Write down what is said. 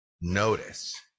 notice